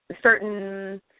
certain